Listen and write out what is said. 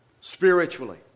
spiritually